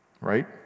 Right